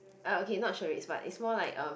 uh okay not charades but it's more like um